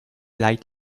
light